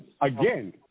again